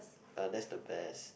uh that's the best